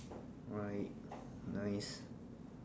right nice